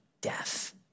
death